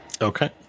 Okay